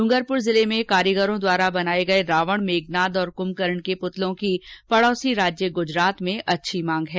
यहां के कारीगरों द्वारा बनाए गए रावण मेघनाद और कुंभकरण के पुतलों की पड़ौसी राज्य गुजरात में भी अच्छी मांग हैं